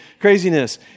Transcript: craziness